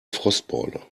frostbeule